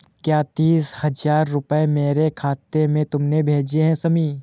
क्या तीस हजार रूपए मेरे खाते में तुमने भेजे है शमी?